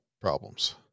problems